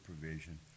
provision